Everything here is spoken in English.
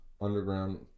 underground